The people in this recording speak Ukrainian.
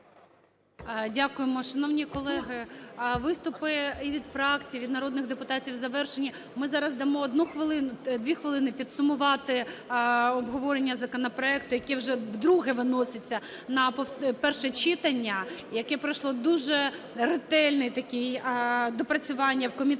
Дякуємо. Шановні колеги, виступи і від фракцій, від народних депутатів завершені. Ми зараз дамо 2 хвилини підсумувати обговорення законопроекту, який вже вдруге виноситься на перше читання, яке пройшло дуже ретельне таке доопрацювання в комітеті.